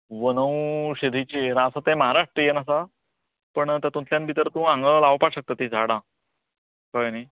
वनऔशदीचेर आसा ते महाराष्ट्रीयन आसा पण तातूतल्यान भितर तूं हांगां लावपाक शकता तीं झाडां कळ्ळें न्ही